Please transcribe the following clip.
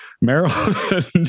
Maryland